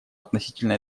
относительно